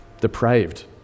depraved